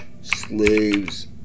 slaves